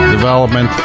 Development